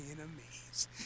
enemies